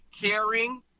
caring